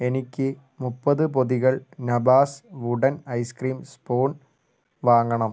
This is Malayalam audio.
എനിക്ക് മുപ്പത് പൊതികൾ നഭാസ് വുഡൻ ഐസ് ക്രീം സ്പൂൺ വാങ്ങണം